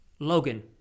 Logan